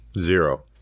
Zero